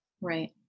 Right